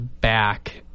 back